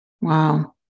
Wow